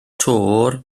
töwr